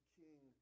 king